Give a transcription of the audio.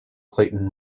clayton